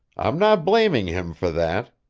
i'm not blaming him for that.